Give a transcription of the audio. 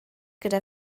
gyda